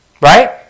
Right